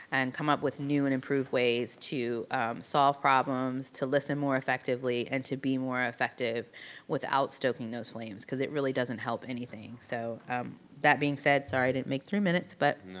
and come up with new and improved ways to solve problems, to listen more effectively, and to be more effective without stoking those flames, cause it really doesn't help anything. so that being said, sorry i didn't make three minutes, but.